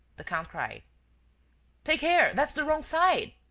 the count cried take care that's the wrong side!